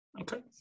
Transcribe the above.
Okay